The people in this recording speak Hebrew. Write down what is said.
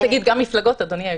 גם מפלגות, אדוני היושב-ראש.